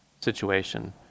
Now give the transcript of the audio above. situation